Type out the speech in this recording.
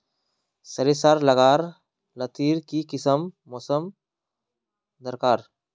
सरिसार ला गार लात्तिर की किसम मौसम दरकार?